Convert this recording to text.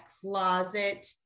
closet